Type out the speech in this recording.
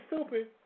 stupid